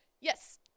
yes